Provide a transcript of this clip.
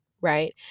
right